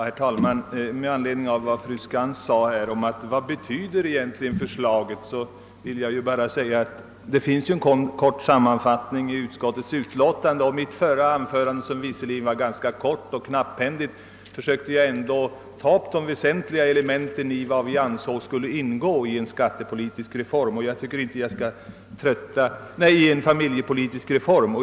Herr talman! Med anledning av fru Skantz”. fråga. om: vad förslaget egentligen betyder vill jag erinra om att det finns en kort :sammanfattning i utskottsutlåtandet. I-mitt förra anförande, som visserligen: var. ganska kort och knapphändigt, försökte jag ändå ta upp de väsentliga elementen av vad vi ansåg skulle ingå i en familjepolitisk reform.